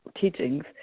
teachings